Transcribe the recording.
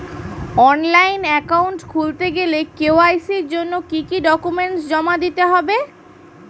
Online account খুলতে গেলে KYC জন্য কি কি ডকুমেন্ট জমা দিতে হবে?